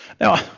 Now